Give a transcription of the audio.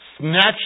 snatch